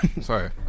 Sorry